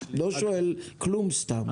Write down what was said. אני לא שואל כלום סתם.